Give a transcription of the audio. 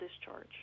discharge